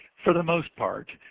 for the most part,